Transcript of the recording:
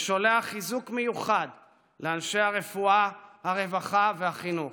ושולח חיזוק מיוחד לאנשי הרפואה, הרווחה והחינוך.